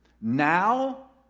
Now